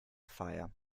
fire